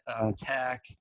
attack